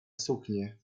suknie